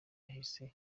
yahise